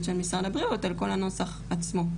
של משרד הבריאות על כל הנוסח עצמו,